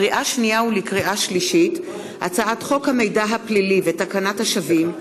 לקריאה שנייה ולקריאה שלישית: הצעת חוק המידע הפלילי ותקנת השבים,